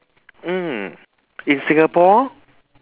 mm in singapore